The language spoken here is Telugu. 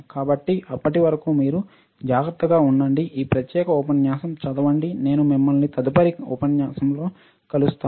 కాబట్టి అప్పటి వరకు మీరు జాగ్రత్తగా చూసుకోండి ఈ ప్రత్యేక ఉపన్యాసం చదవండి నేను మిమ్మల్ని తదుపరి ఉపన్యాసంలో కలుస్తాను